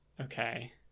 okay